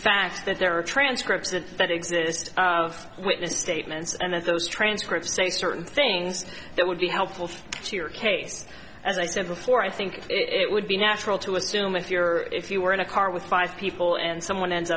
fact that there are transcripts that that exist of witness statements and those transcripts say certain things that would be helpful to your case as i said before i think it would be natural to assume if you're if you were in a car with five people and someone end